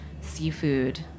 seafood